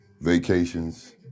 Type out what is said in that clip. vacations